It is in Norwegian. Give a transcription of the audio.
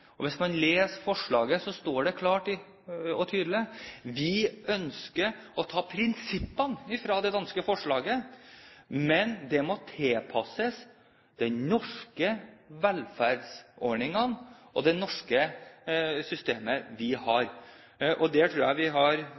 Hvis man leser forslaget, står det klart og tydelig at vi ønsker å bruke prinsippene fra det danske forslaget, men dette må tilpasses de norske velferdsordningene og det systemet vi har i Norge. Jeg tror vi har